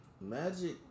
Magic